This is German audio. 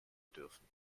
dürfen